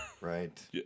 Right